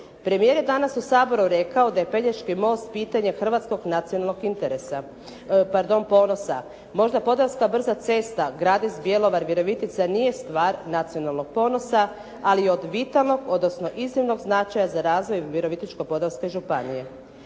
Premijer je danas u Saboru rekao da je Pelješkog most pitanje hrvatskog nacionalnog ponosa. Možda Podravska brza cesta Gradec-Bjelovar-Virovitica nije stvar nacionalnog ponosa, ali je od vitlanog, odnosno iznimnog značaja za razvoj Virovitičko podravske županije.